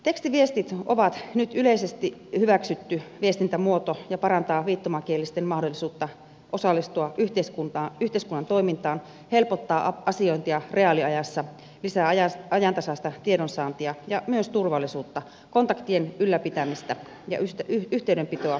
tekstiviestit ovat nyt yleisesti hyväksytty viestintämuoto joka parantaa viittomakielisten mahdollisuutta osallistua yhteiskunnan toimintaan helpottaa asiointia reaaliajassa sekä lisää ajantasaista tiedonsaantia ja myös turvallisuutta kontaktien ylläpitämistä ja yhteydenpitoa ystävien kesken